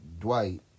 Dwight